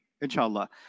inshallah